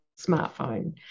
smartphone